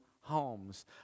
homes